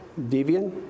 Devian